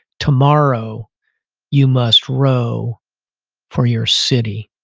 tomorrow you must row for your city.